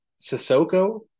Sissoko